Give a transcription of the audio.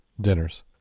dinners